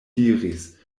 diris